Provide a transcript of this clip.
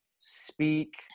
speak